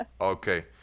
Okay